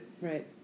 Right